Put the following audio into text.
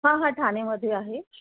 हां हां ठाणेमध्ये आहे